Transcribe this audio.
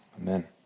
Amen